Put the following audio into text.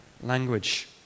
language